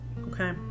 Okay